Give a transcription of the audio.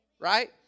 right